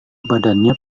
badannya